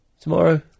Tomorrow